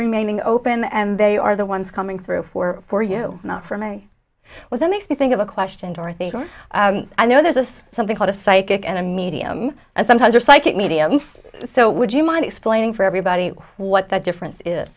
remaining open and they are the ones coming through for for you not for my well that makes me think of a question or think i know there's a something called a psychic and a medium and sometimes your psychic medium so would you mind explaining for everybody what that difference i